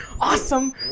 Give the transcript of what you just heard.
Awesome